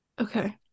Okay